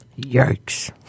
Yikes